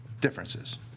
differences